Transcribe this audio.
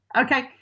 Okay